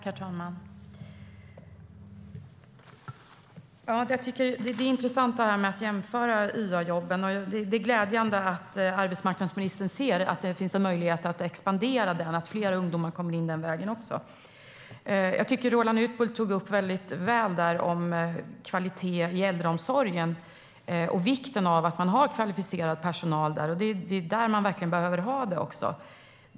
Herr talman! Det är intressant att jämföra YA-jobben. Det är glädjande att arbetsmarknadsministern ser att det finns en möjlighet att expandera där så att fler ungdomar kommer in den vägen också. Jag tycker att Roland Utbult väldigt väl tog upp kvaliteten i äldreomsorgen och vikten av att ha kvalificerad personal där. Det är där man verkligen behöver ha det.